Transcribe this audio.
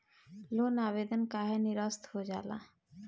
Loan आवेदन काहे नीरस्त हो जाला?